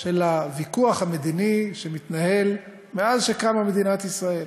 של הוויכוח המדיני שמתנהל מאז קמה מדינת ישראל,